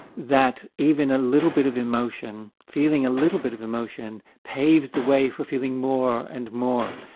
that even a little bit of emotion, feeling a little bit of emotion, paves the way for feeling more and more.